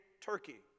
Turkey